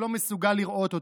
שלא מסוגל לראות אותו,